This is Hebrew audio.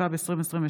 התשפ"ב 2022,